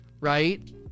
right